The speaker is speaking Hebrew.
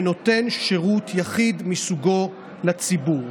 שנותן שירות יחיד מסוגו לציבור.